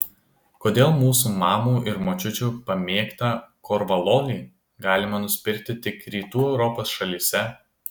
kodėl mūsų mamų ir močiučių pamėgtą korvalolį galima nusipirkti tik rytų europos šalyse